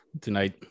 tonight